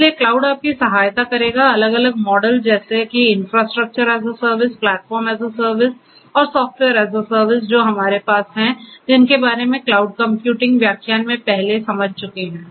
इसलिए क्लाउड आपकी सहायता करेगा अलग अलग मॉडल जैसे कि infrastructure as a service platform as a service और सॉफ्टवेयर एस ए सर्विस जो हमारे पास हैं जिनके बारे में क्लाउड कंप्यूटिंग व्याख्यान में पहले समझ चुके हैं